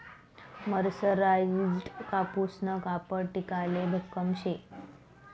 मरसराईजडं कापूसनं कापड टिकाले भक्कम शे